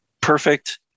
perfect